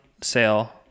sale